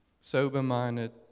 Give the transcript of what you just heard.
Sober-minded